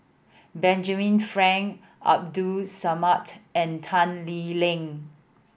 Benjamin Frank Abdul Samad and Tan Lee Leng